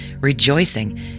rejoicing